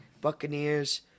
Buccaneers